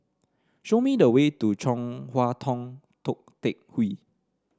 show me the way to Chong Hua Tong Tou Teck Hwee